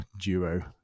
duo